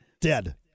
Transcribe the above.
Dead